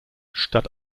statt